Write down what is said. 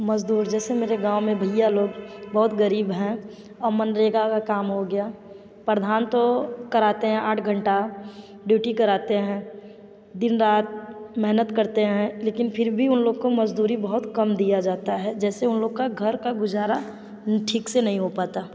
मज़दूर जैसे मेरे गाँव में भैया लोग बहुत ग़रीब हैं और मनरेगा का काम हो गया प्रधान तो कराते हैं आठ घण्टा ड्यूटी कराते हैं दिन रात मेहनत करते हैं लेकिन फिर भी उन लोग को मज़दूरी बहुत कम दिया जाता है जैसे उन लोग का घर का गुज़ारा ठीक से नहीं हो पाता